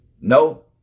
No